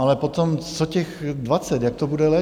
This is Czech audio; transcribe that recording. Ale potom, co těch 20, jak to bude léčit?